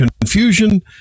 confusion